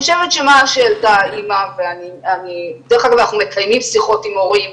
בדרך כלל אנחנו מקיימים שיחות עם הורים,